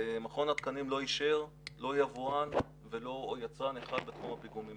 מכון התקנים לא אישר לא יבואן ולא יצרן אחד בתחום הפיגומים.